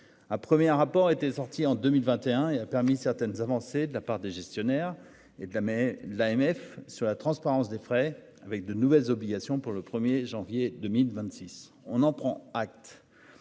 à premier un rapport était sorti en 2021 et a permis certaines avancées de la part des gestionnaires, et de là mais l'AMF sur la transparence des frais avec de nouvelles obligations pour le 1er janvier 2026, on en prend acte.